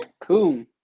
Cool